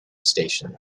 station